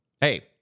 hey